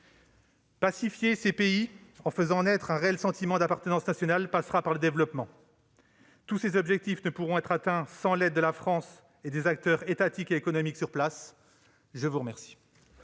Pacifier ces pays en faisant naître un réel sentiment d'appartenance nationale passera par le développement. Tous ces objectifs ne pourront être atteints sans l'aide de la France et des acteurs étatiques et économiques sur place. La parole